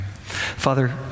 Father